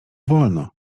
wolno